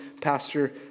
pastor